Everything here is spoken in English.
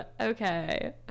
Okay